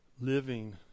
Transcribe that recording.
living